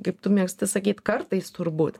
kaip tu mėgsti sakyti kartais turbūt